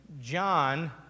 John